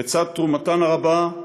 בצד תרומתן הרבה,